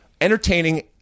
entertaining